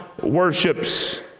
worships